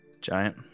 giant